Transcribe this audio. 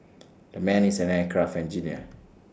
the man is an aircraft engineer